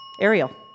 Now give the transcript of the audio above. Ariel